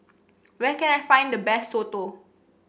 where can I find the best Soto